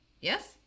yes